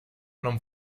non